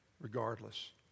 regardless